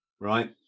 right